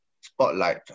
spotlight